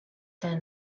then